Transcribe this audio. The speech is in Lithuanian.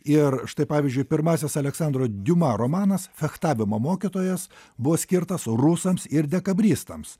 ir štai pavyzdžiui pirmasis aleksandro diuma romanas fechtavimo mokytojas buvo skirtas rusams ir dekabristams